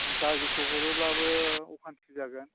गाज्रिखौ हरोब्लाबो अखान्थि जागोन